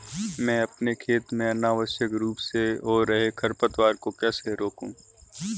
मैं अपने खेत में अनावश्यक रूप से हो रहे खरपतवार को कैसे रोकूं?